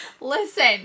Listen